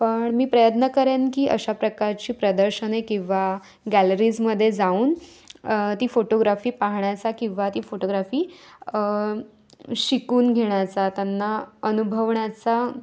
पण मी प्रयत्न करेन की अशा प्रकारची प्रदर्शने किंवा गॅलरीजमध्ये जाऊन ती फोटोग्राफी पाहण्याचा किंवा ती फोटोग्राफी शिकून घेण्याचा त्यांना अनुभवण्याचा